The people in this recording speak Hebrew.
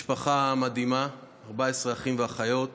משפחה מדהימה 14 אחים ואחיות.